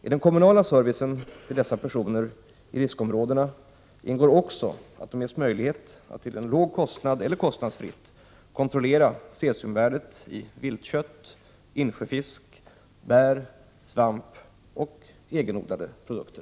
I den kommunala servicen till dessa personer i riskområdena ingår också att de ges möjlighet att till en låg kostnad eller kostnadsfritt kontrollera cesiumvärdet i viltkött, insjöfisk, bär, svamp och egenodlade produkter.